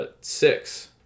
six